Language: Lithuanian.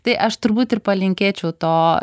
tai aš turbūt ir palinkėčiau to